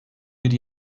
bir